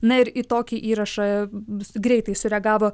na ir į tokį įrašą greitai sureagavo